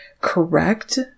correct